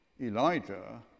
Elijah